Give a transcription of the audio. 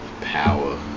power